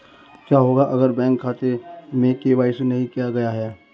क्या होगा अगर बैंक खाते में के.वाई.सी नहीं किया गया है?